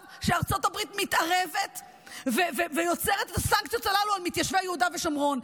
שארצות הברית מתערבת ויוצרת את הסנקציות הללו על מתיישבי יהודה ושומרון.